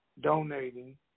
donating